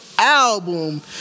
album